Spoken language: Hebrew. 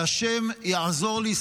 והשם יעזור לי,